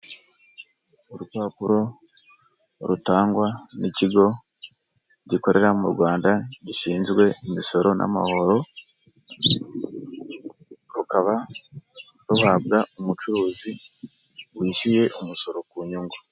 Urupapuro rutangwa n'ikigo gikorera mu rwanda gishinzwe imisoro namahoro, rukaba ruhabwa umucuruzi wishyuye umusoro ku nyungu.